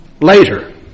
later